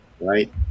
right